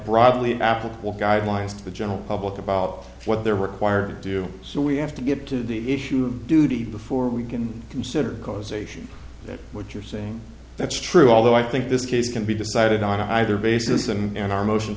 broadly applicable guidelines to the general public about what they're required to do so we have to get to the issue of duty before we can consider causation that what you're saying that's true although i think this case can be decided on either basis and our motion